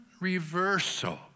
reversal